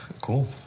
Cool